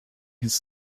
ins